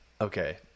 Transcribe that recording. Okay